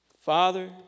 Father